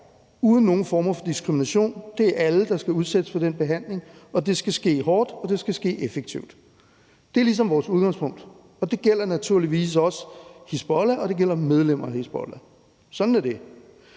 uden nogen former for diskrimination. Det er alle, der skal udsættes for den behandling, og det skal ske hårdt, og det skal ske effektivt. Det er ligesom vores udgangspunkt, og det gælder naturligvis også Hizbollah, og det gælder medlemmerne af Hizbollah, sådan er det,